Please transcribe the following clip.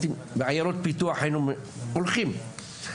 בעיירות פיתוח היינו הולכים,